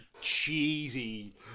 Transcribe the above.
cheesy